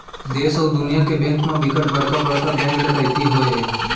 देस अउ दुनिया के बेंक म बिकट बड़का बड़का बेंक डकैती होए हे